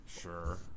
Sure